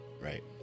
right